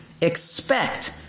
expect